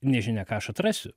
nežinia ką aš atrasiu